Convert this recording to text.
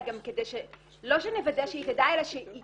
לא שנוודא שהיא תדע, אלא שהיא